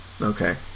Okay